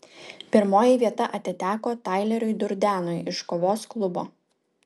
pirmoji vieta atiteko taileriui durdenui iš kovos klubo